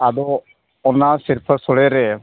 ᱟᱫᱚ ᱚᱱᱟ ᱥᱤᱨᱯᱟᱹ ᱥᱳᱲᱮ ᱨᱮ